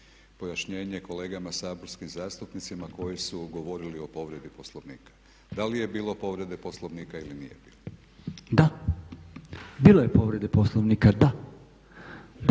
pojašnjenje kolegama saborskim zastupnicima koji su govorili o povredi Poslovnika, da li je bilo povrede Poslovnika ili nije bilo? **Podolnjak,